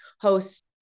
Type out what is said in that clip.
host